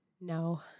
No